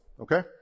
okay